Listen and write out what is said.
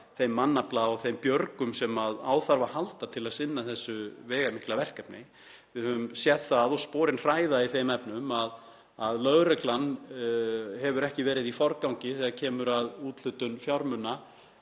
þeim mannafla og þeim björgum sem á þarf að halda til að sinna þessu veigamikla verkefni. Við höfum séð það, og sporin hræða í þeim efnum, að lögreglan hefur ekki verið í forgangi þegar kemur að úthlutun fjármuna